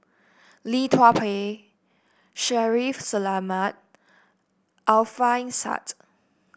Lee Tua Bai Shaffiq Selamat Alfian Sa'at